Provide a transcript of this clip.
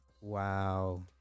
wow